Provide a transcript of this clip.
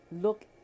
look